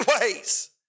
ways